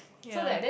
ya